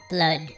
Blood